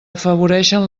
afavoreixen